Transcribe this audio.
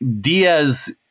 Diaz